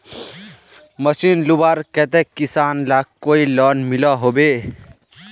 Machine लुबार केते किसान लाक कोई लोन मिलोहो होबे?